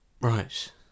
right